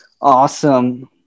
awesome